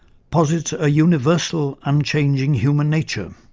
posits a universal, unchanging human nature,